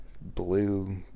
Blue